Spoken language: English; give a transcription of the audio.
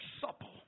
supple